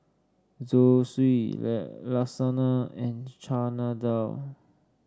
Zosui Lasagna and Chana Dal